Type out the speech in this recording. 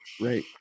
right